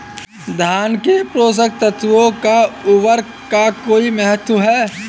धान में पोषक तत्वों व उर्वरक का कोई महत्व है?